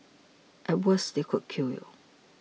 at worst they could kill you